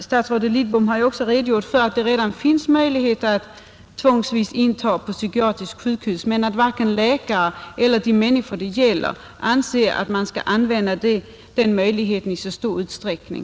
Statsrådet Lidbom har ju också redogjort för att det redan finns möjligheter till tvångsintagning på psykiatriskt sjukhus men att varken läkare eller de människor det gäller anser att man skall använda den möjligheten i så stor utsträckning.